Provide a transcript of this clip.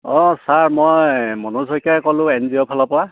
অঁ ছাৰ মই মনোজ শইকীয়াই ক'লোঁ এন জি অ'ৰফালৰপৰা